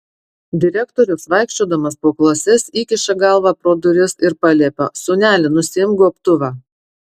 direktorius vaikščiodamas po klases įkiša galvą pro duris ir paliepia sūneli nusiimk gobtuvą